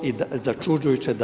I začuđujuće da